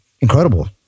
incredible